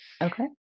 Okay